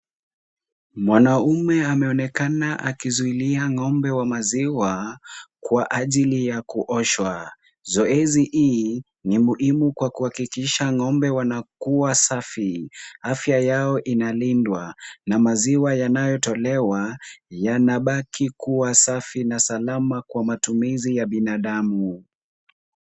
Mwanaume ameonekana akizuilia ngombe wa maziwa, kwa ajili ya kuoshwa. Zoezi hii ni muhimu kwa kuhakikisha ngombe wanakuwa safi. Afya yao inalindwa na maziwa yanayotolewa yanabaki kuwa safi na salama kwa matumizi ya binadamu.